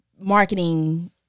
marketing